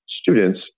students